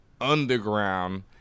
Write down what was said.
Underground